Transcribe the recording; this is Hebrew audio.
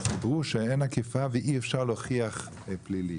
אז אמרו שאין אכיפה ואי אפשר להוכיח פלילי.